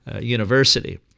University